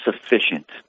sufficient